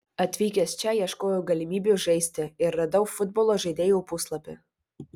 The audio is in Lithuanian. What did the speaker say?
atvykęs čia ieškojau galimybių žaisti ir radau futbolo žaidėjų puslapį